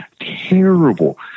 terrible